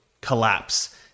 collapse